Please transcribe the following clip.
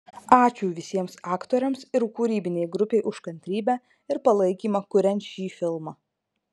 ačiū visiems aktoriams ir kūrybinei grupei už kantrybę ir palaikymą kuriant šį filmą